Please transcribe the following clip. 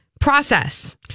Process